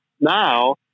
now